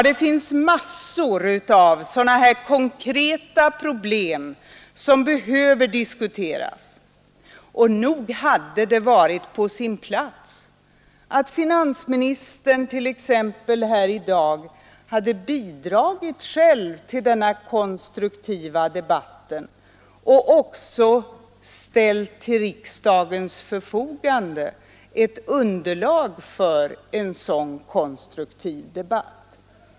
Det finns mängder av sådana konkreta problem som behöver diskuteras, och nog hade det varit av värde att finansministern, t.ex. här i dag, själv hade bidragit till denna debatt och även ställt till riksdagens förfogande ett underlag för en sådan konstruktiv debatt.